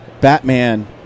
Batman